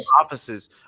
offices